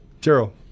Gerald